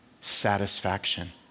satisfaction